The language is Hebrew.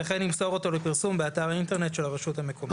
וכן ימסור אותו לפרסום באתר האינטרנט של הרשות המקומית.